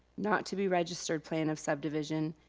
not to be registered plan of subdivision,